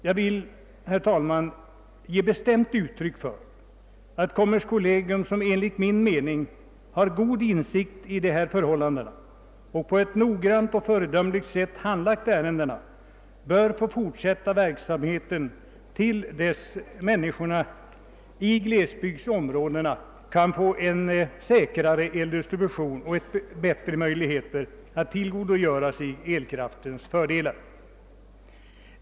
Jag vill, herr talman, ge bestämt uttryck åt uppfattningen att kommerskollegium, som enligt min mening har god insikt i dessa förhållanden och på ett noggrant och föredömligt sätt handlagt ärendena, bör få fortsätta verksamheten till dess att människorna i glesbygdsområdena kan erhålla tillgång till en säkrare eldistribution och bättre möjligheter att tillgodogöra sig elkraftens fördelar.